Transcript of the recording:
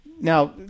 Now